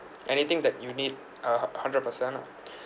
anything that you need uh hundred percent ah